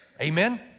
Amen